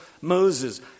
Moses